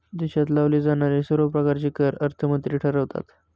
देशात लावले जाणारे सर्व प्रकारचे कर अर्थमंत्री ठरवतात